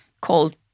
called